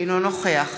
אינו נוכח